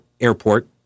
Airport